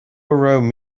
raibh